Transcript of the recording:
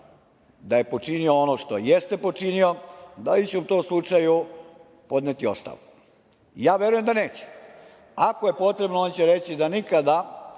da je počinio ono što jeste počinio, da li će u tom slučaju podneti ostavku? Ja verujem da neće. Ako je potrebno, on će reći da nikada